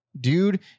dude